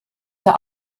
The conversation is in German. der